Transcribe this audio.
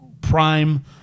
prime